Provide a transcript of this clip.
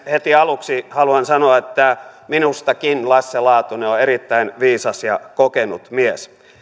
heti aluksi haluan sanoa että minustakin lasse laatunen on on erittäin viisas ja kokenut mies